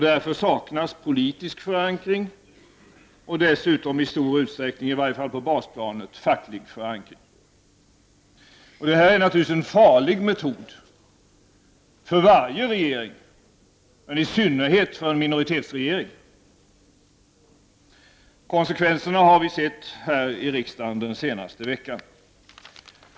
Därför saknas politisk förankring och dessutom i stor utsträckning, i varje fall på basplanet, facklig förankring. Detta är naturligtvis en farlig metod för varje regering, men i synnerhet för en minoritetsregering. Konsekvenserna har vi sett här i riksdagen den senaste veckan.